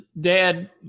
Dad